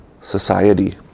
society